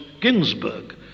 Ginsburg